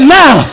now